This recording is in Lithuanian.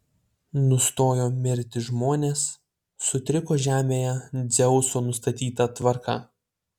nustojo mirti žmonės sutriko žemėje dzeuso nustatyta tvarka